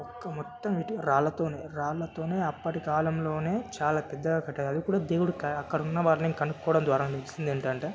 ఒక్క మొత్తం ఇటు రాళ్ళతోనే రాళ్ళతోనే అప్పటి కాలంలోనే చాలా పెద్దగా కట్టారు ఇప్పుడు దేవుడు క అక్కడున్న వారిని కనుక్కోవడం ద్వారా తెలిసిందేంటంటే